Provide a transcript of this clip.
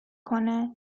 کنه